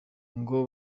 ngo